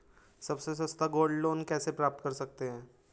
सबसे सस्ता gold loan कैसे प्राप्त कर सकते हैं?